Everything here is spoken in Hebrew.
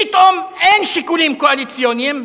פתאום אין שיקולים קואליציוניים,